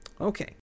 Okay